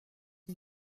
une